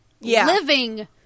living